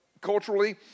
Culturally